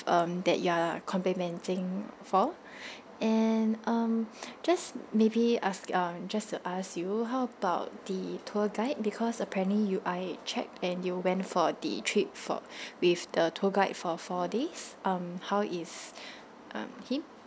um that you are complimenting for and um just maybe ask um just to ask you how about the tour guide because apparently you I check and you went for the trip for with the tour guide for four days um how is um him